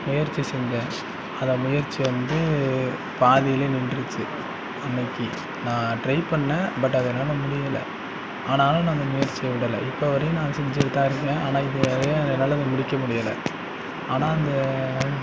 முயற்சி செஞ்சேன் அந்த முயற்சி வந்து பாதிலையே நின்றுச்சு அன்றைக்கு நான் டிரை பண்ணேன் பட் அது என்னால் முடியலை ஆனாலும் அந்த முயற்சியை விடலை இப்போ வரையும் நான் அதை செஞ்சுட்டு தான் இருக்கேன் நான் இதுவரையும் என்னால் அதை முடிக்க முடியலை ஆனால் அந்த